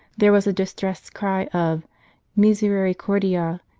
there was a distressed cry of misericordia!